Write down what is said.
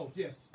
yes